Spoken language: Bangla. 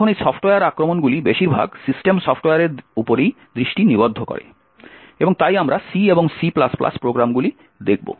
এখন এই সফ্টওয়্যার আক্রমণগুলি বেশিরভাগ সিস্টেম সফ্টওয়্যারের উপর দৃষ্টি নিবদ্ধ করে এবং তাই আমরা C এবং C প্রোগ্রামগুলি দেখব